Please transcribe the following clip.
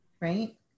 Right